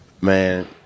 man